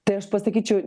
tai aš pasakyčiau